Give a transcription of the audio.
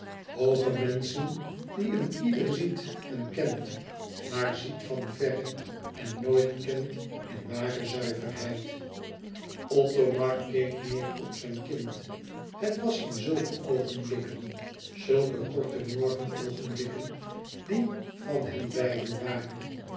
hooge menschen die een ieder ziet en kent maar ziet van verre en nooit kent in ware zuiverheid othomar keek neêr op zijn kind het was in zulke oogenblikken zulke korte morgenoogenblikken die van henbeiden waren